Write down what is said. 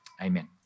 Amen